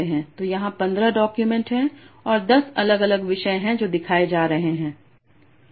तो यहां 15 डॉक्यूमेंट हैं और 10 अलग अलग विषय हैं जो दिखाए जा रहे हैं